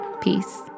Peace